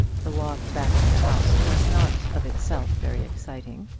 the walk back to the house was not of itself very exciting,